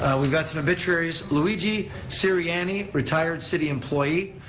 we've got some obituaries, luigi sirianni, retired city employee,